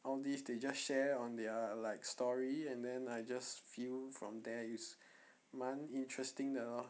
all these they just share on their like story and then I just feel from there it's 蛮 interesting 的 lor